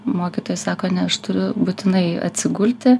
mokytojai sako ne aš turiu būtinai atsigulti